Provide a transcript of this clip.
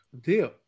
deal